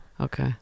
Okay